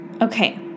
Okay